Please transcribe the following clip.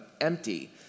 empty